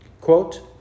quote